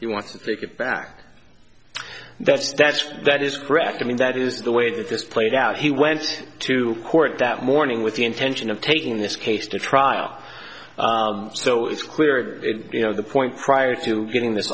he wants to take it back that's that's that is correct i mean that is the way that this played out he went to court that morning with the intention of taking this case to trial so it's clear that you know the point prior to getting this